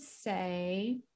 say